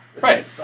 Right